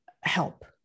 help